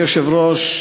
אדוני היושב-ראש,